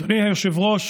אדוני היושב-ראש,